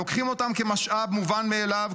לוקחים אותם כמשאב מובן מאליו,